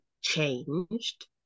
changed